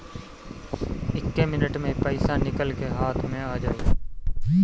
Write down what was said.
एक्के मिनट मे पईसा निकल के हाथे मे आ जाई